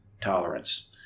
tolerance